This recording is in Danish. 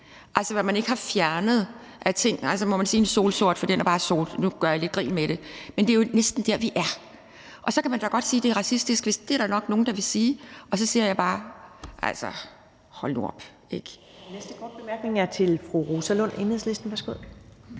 for hvad man ikke har fjernet af ting. Altså, må man sige »en solsort«, for den er bare sort? Nu gør jeg lidt grin med det, men det er jo næsten der, vi er. Og så kan man da godt sige, at det er racistisk, det er der da nok nogle der vil sige, og så siger jeg bare: Altså, hold nu op,